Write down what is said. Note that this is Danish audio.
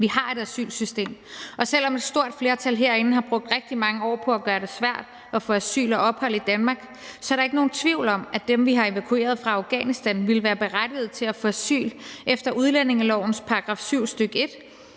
vi har et asylsystem – og selv om et stort flertal herinde har brugt rigtig mange år på at gøre det svært at få asyl og ophold i Danmark, er der ikke nogen tvivl om, at dem, som vi har evakueret fra Afghanistan, ville være berettiget til at få asyl efter udlændingelovens § 7, stk.